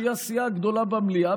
שהיא הסיעה הגדולה במליאה,